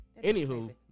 Anywho